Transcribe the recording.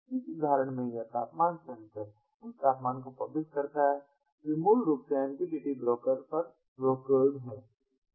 इस उदाहरण में यह तापमान सेंसर उस तापमान को पब्लिश करता है जो मूल रूप से इस MQTT ब्रोकर पर ब्रोकर्ड है